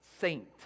saint